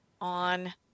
on